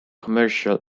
commercial